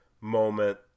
moment